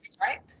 Right